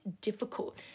difficult